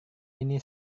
ini